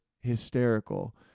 hysterical